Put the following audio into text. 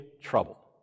trouble